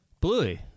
Bluey